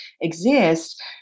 exist